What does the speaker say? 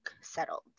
settled